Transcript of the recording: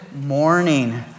morning